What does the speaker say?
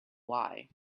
why